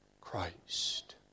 Christ